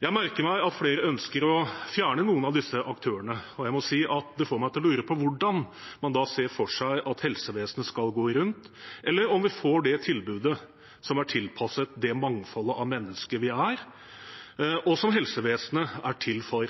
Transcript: Jeg merker meg at flere ønsker å fjerne noen av disse aktørene. Jeg må si at det får meg til å lure på hvordan man ser for seg at helsevesenet skal gå rundt, eller om vi får det tilbudet som er tilpasset det mangfoldet av mennesker vi er, og som helsevesenet er til for.